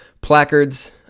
placards